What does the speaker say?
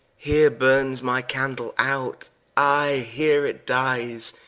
heere burnes my candle out i, heere it dies,